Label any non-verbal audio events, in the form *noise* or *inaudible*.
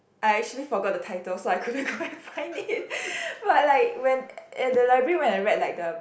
I actually forgot the title so I couldn't *laughs* go and find it but like when at the library when I read like the